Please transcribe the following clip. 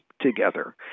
together